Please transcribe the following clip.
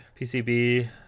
PCB